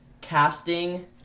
Casting